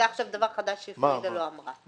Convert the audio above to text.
זה עכשיו דבר חדש שפרידה לא אמרה.